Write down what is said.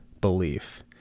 Belief